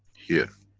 here.